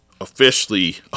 officially